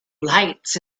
lights